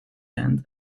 land